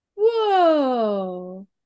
Whoa